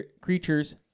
creatures